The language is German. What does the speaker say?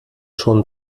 schon